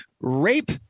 rape